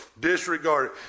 Disregard